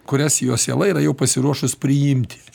kurias jo siela yra jau pasiruošus priimti